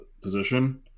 position